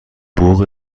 بوق